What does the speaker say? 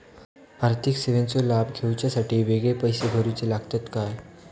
आर्थिक सेवेंचो लाभ घेवच्यासाठी वेगळे पैसे भरुचे लागतत काय?